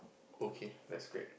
okay let's grade